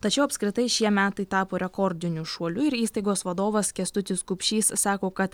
tačiau apskritai šie metai tapo rekordiniu šuoliu ir įstaigos vadovas kęstutis kupšys sako kad